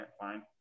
fine